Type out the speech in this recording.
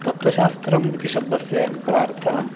तत्त्वशास्त्रम् इति शब्दस्य कः अर्थः